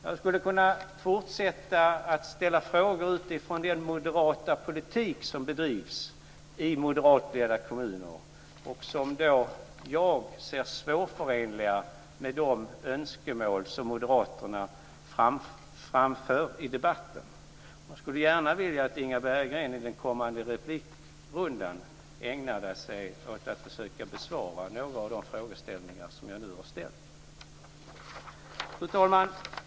Jag skulle kunna fortsätta att ställa frågor utifrån den moderata politik som bedrivs i moderatledda kommuner och som jag ser som svårförenliga med de önskemål som moderaterna framför i debatten. Jag skulle gärna vilja att Inga Berggren i den kommande replikrundan ägnade sig åt att försöka besvara några av de frågor som jag nu har ställt. Fru talman!